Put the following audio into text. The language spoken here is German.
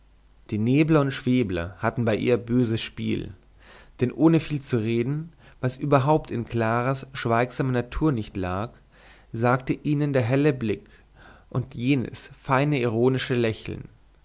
die nebler und schwebler hatten bei ihr böses spiel denn ohne zu viel zu reden was überhaupt in claras schweigsamer natur nicht lag sagte ihnen der helle blick und jenes feine ironische lächeln